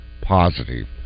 positive